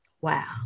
Wow